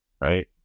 right